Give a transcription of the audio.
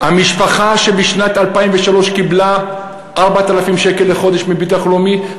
המשפחה שבשנת 2003 קיבלה 4,000 שקל לחודש מהביטוח הלאומי,